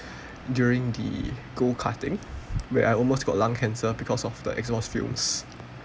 during the go karting where I almost got lung cancer because of the exhaust fumes